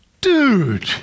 dude